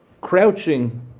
crouching